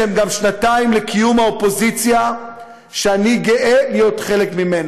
שהן גם שנתיים לקיום האופוזיציה שאני גאה להיות חלק ממנה.